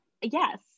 yes